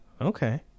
Okay